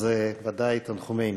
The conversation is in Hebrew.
אז ודאי, תנחומינו.